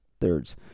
thirds